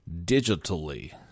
digitally